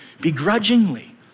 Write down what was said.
begrudgingly